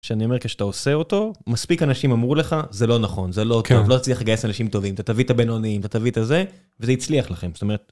שאני אומר כשאתה עושה אותו מספיק אנשים אמור לך זה לא נכון זה לא טוב לא תצליח לגייס אנשים טובים אתה תביא את הבינוניים אתה תביא את הזה וזה הצליח לכם.